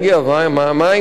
השר לנדאו,